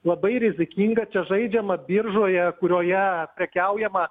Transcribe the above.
labai rizikinga čia žaidžiama biržoje kurioje prekiaujama